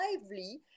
lively